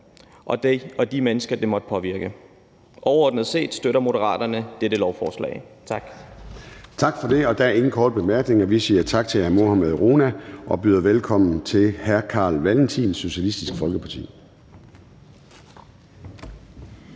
og de mennesker, det måtte påvirke. Overordnet set støtter Moderaterne dette lovforslag. Tak. Kl. 10:09 Formanden (Søren Gade): Tak for det, og der er ingen korte bemærkninger. Vi siger tak til hr. Mohammad Rona og byder velkommen til hr. Carl Valentin, Socialistisk Folkeparti.